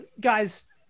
guys